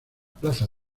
plaza